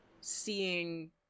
seeing